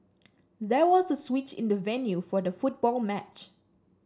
there was a switch in the venue for the football match